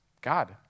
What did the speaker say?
God